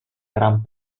gran